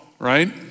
Right